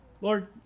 Lord